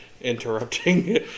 interrupting